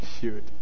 Shoot